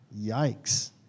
Yikes